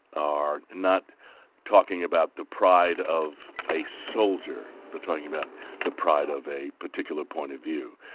are not talking about the pride of a soldier, but talking about the pride of a particular point of view.